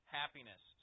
happiness